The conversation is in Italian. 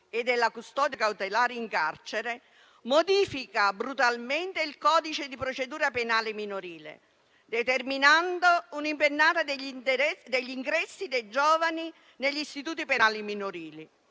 e della custodia cautelare in carcere modifica brutalmente il codice di procedura penale minorile, determinando un'impennata degli ingressi dei giovani negli Istituti penali minorili